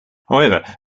however